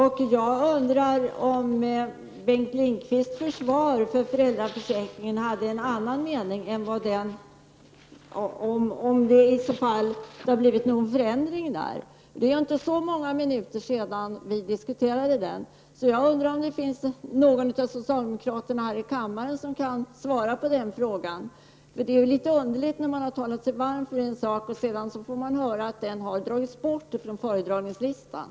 Har det trots Bengt Lindqvists försvar för föräldraförsäkringen skett någon förändring i regeringens syn på den? Jag undrar om någon av socialdemokraterna här i kammaren kan svara på den frågan, för det är litet underligt att man först talar sig varm för en sak och vi några minuter senare får höra att den har tagits bort från föredragningslistan.